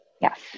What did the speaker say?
Yes